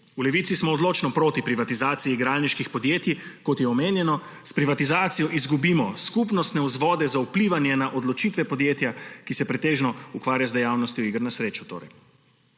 V Levici smo odločno proti privatizaciji igralniških podjetij. Kot je omenjeno, s privatizacijo izgubimo skupnostne vzvode za vplivanje na odločitve podjetja, ki se pretežno ukvarja z dejavnostjo iger ne srečo.